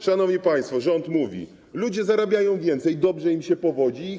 Szanowni państwo, rząd mówi: Ludzie zarabiają więcej, dobrze im się powodzi, stać ich.